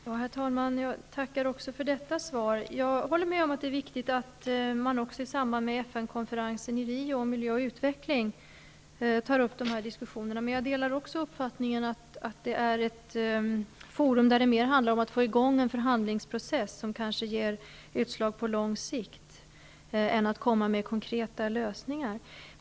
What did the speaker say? Herr talman! Jag tackar också för detta svar. Jag håller med om att det är viktigt att man i samband med FN-konferensen i Rio om miljö och utveckling tar upp dessa diskussioner. Jag delar också uppfattningen att den är ett forum där det mera handlar om att få i gång en förhandlingsprocess, som kanske ger utslag på lång sikt, än att komma med konkreta lösningar.